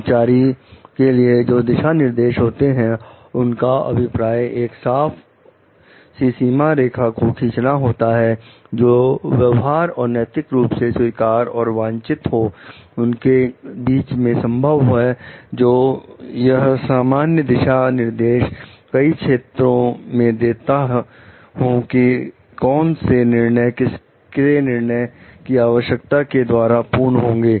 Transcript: कर्मचारी के लिए जो दिशानिर्देश होते हैं उनका अभिप्राय एक साफ सी सीमा रेखा को खींचना होता है जो व्यवहार और नैतिक रूप से स्वीकार और वांछित हो उनके बीच में संभव है और जो यह सामान्य दिशा निर्देश कई क्षेत्रों में देता हूं कि कौन से निर्णय किसके निर्णय की आवश्यकता के द्वारा पूर्ण होंगे